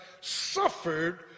suffered